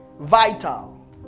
vital